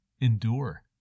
endure